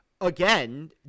again